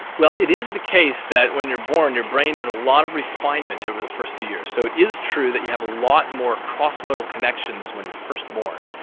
well it is the case that when you're born your brain does a lot of refinement over the first few years. so it is true that you have a lot more cross-modal connections when your first born.